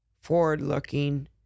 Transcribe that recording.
forward-looking